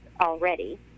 already